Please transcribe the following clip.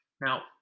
Now